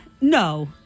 No